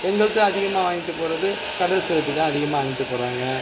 எங்ககிட்ட அதிகமாக வாங்கிட்டு போகிறது கடல் சிலேபிதான் அதிகமாக வாங்கிட்டு போகிறாங்க